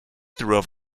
through